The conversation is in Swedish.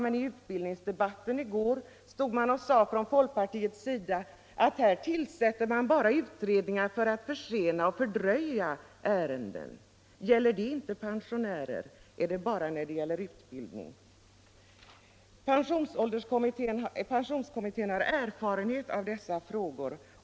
Men i utbildningsdebatten i går stod representanter för folkpartiet upp och sade, att här tillsätter man bara utredningar för att försena och fördröja ärenden! Gäller det inte pensionärer? Är det bara när det gäller utbildning? Pensionskommittén har erfarenhet av dessa frågor.